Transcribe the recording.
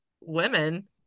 women